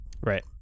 Right